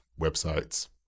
websites